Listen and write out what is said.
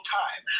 time